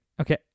okay